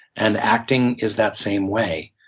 and acting is that same way.